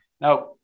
Now